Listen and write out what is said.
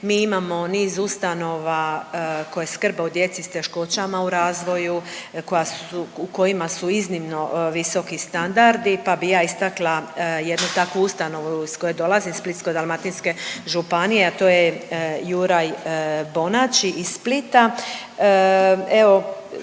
Mi imamo niz ustanova koje skrbe o djeci s teškoćama u razvoju, koja su, u kojima su iznimno visoki standardi pa bi ja istakla jednu takvu ustanovu iz koje dolazim iz Splitsko-dalmatinske županije, a to je Juraj Bonači iz Splita.